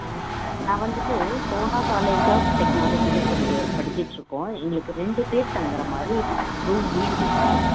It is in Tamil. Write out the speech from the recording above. நான் வந்துவிட்டு சோனா காலேஜ் ஆஃப் டெக்னாலஜியில படிக்க படிச்சிக்கிட்டுருக்கோம் எங்களுக்கு ரெண்டுப் பேர் தங்கற மாதிரி ரூம் வீடு வேணும்